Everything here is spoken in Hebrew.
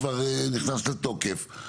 כבר נכנסו לתוקף.